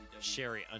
Sherry